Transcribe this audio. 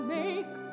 make